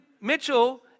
Mitchell